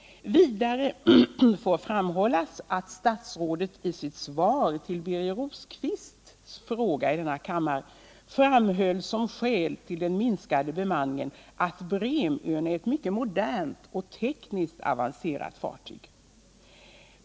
Vidare får framhållas att statsrådet i sitt svar på Birger Rosqvists fråga i kammaren framhöll som skäl till den minskade bemanningen, att Bremön är ett mycket modernt och tekniskt avancerat fartyg.